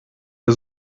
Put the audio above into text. der